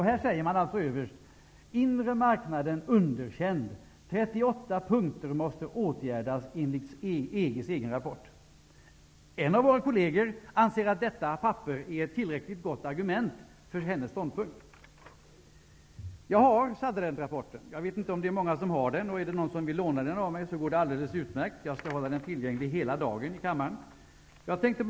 Här sägs det alltså: ''Inre marknaden underkänd. 38 punkter måste åtgärdas enligt EG:s egen rapport.'' En av våra kolleger anser att detta papper är ett tillräckligt gott argument för hennes ståndpunkt. Jag har Sutherlandrapporten. Jag vet inte om det är många som har den, och är det någon som vill låna den av mig, så går det alldeles utmärkt; jag skall ha den tillgänglig i kammaren hela dagen.